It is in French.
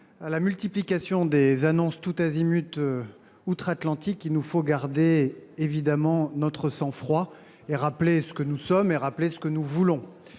à la multiplication des annonces tous azimuts outre Atlantique, il nous faut évidemment garder notre sang froid et rappeler ce que nous sommes et ce que nous voulons.